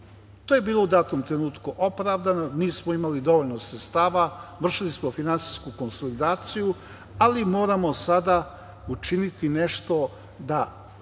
To je bilo u datom trenutku opravdano, nismo imali dovoljno sredstava, vršili smo finansijsku konsolidaciju, ali moramo sada učiniti nešto da